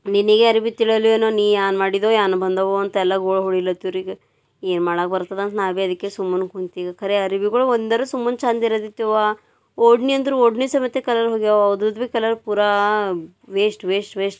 ನಿನಗೆ ಅರಿವಿ ತಿಳಿಯಲ್ವೇನು ನೀ ಏನ್ ಮಾಡಿದೋ ಏನ್ ಬಂದವೋ ಅಂತ ಎಲ್ಲ ಗೋಳು ಹೊಡಿಲತ್ತರೀಗ ಏನು ಮಾಡೋಕ್ ಬರ್ತದಂತ ನಾ ಬಿ ಅದಕ್ಕೆ ಸುಮ್ಮನೆ ಕುಂತಿದ್ದೆ ಖರೆ ಅರಿವಿಗಳು ಒಂದರು ಸುಮ್ಮನೆ ಛಂದಿರರಿರ್ತವ ಓಡ್ನಿ ಅಂದ್ರ ಓಡ್ನಿ ಸಮೇತ ಕಲರ್ ಹೋಗ್ಯಾವ ಕಲರ್ ಪೂರ ವೇಸ್ಟ್ ವೇಸ್ಟ್ ವೇಸ್ಟ್